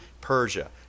Persia